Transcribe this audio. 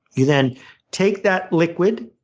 you then take that liquid,